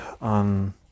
on